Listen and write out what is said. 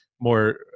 more